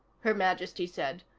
her majesty said,